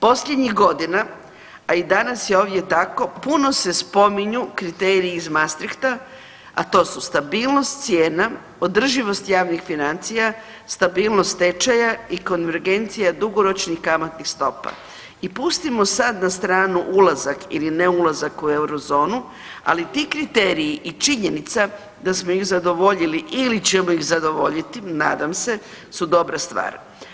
Posljednjih godina, a i danas je ovdje tako puno se spominju kriteriji iz Maastrichta, a to su stabilnost cijena, održivost javnih financija, stabilnost tečaja i konvergencija dugoročnih kamatnih stopa i pustimo sad na stranu ulazak ili ne ulazak u eurozonu, ali ti kriteriji i činjenica da smo ih zadovoljili ili ćemo ih zadovoljiti nadam se, su dobra stvar.